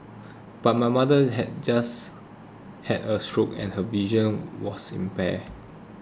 but my mother's had just had a stroke and her vision was impaired